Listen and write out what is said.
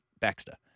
Baxter